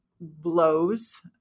blows